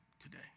today